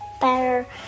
better